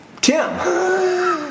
Tim